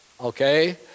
okay